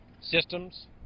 systems